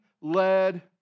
led